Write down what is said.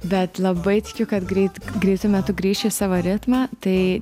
bet labai tikiu kad greit greitu metu grįšiu į savo ritmą tai